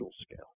scale